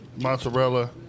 mozzarella